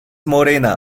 morena